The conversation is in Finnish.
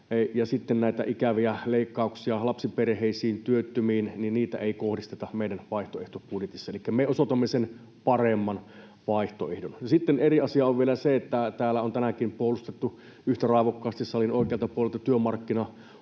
ikäviä leikkauksia lapsiperheisiin ja työttömiin ei kohdisteta meidän vaihtoehtobudjetissamme, elikkä me osoitamme paremman vaihtoehdon. Sitten eri asia on vielä se, että täällä on tänäänkin puolustettu yhtä raivokkaasti salin oikealta puolelta